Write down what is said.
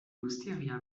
gustaría